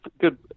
good